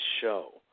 show